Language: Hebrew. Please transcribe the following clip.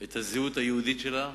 את הזהות היהודית שלה,